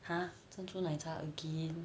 !huh! 珍珠奶茶 again